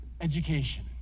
education